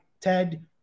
Ted